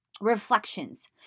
Reflections